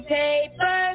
paper